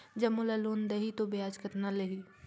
जब मोला लोन देही तो ब्याज कतना लेही?